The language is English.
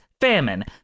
famine